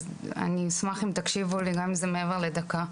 אני אשמח שתקשיבו לי גם אם זה מעבר לדקה.